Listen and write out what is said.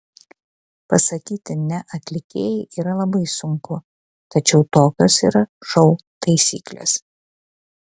pasakyti ne atlikėjai yra labai sunku tačiau tokios yra šou taisyklės